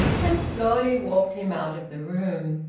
and slowly walked him out of the room.